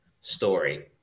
story